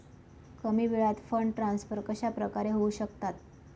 कमी वेळात fund transfer कशाप्रकारे होऊ शकतात?